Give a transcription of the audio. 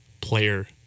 player